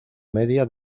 media